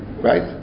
right